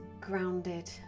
grounded